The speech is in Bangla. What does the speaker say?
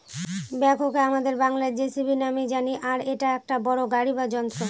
ব্যাকহোকে আমাদের বাংলায় যেসিবি নামেই জানি আর এটা একটা বড়ো গাড়ি বা যন্ত্র